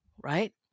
Right